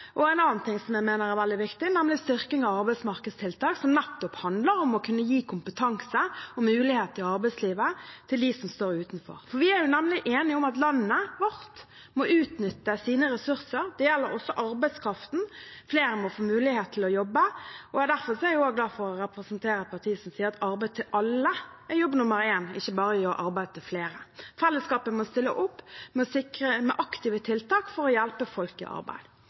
og på noe annet som jeg mener er veldig viktig, nemlig styrking av arbeidsmarkedstiltak, som nettopp handler om å kunne gi kompetanse og muligheter i arbeidslivet til dem som står utenfor. Vi er nemlig enige om at landet vårt må utnytte sine ressurser, og det gjelder også arbeidskraften: Flere må få mulighet til å jobbe. Derfor er jeg også glad for å representere et parti som sier at arbeid til alle er jobb nummer én, ikke bare å gi arbeid til flere. Fellesskapet må stille opp med aktive tiltak for å hjelpe folk i arbeid.